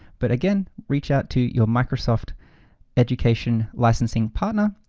but again, reach out to your microsoft education licensing partner,